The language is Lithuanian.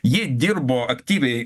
ji dirbo aktyviai